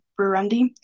Burundi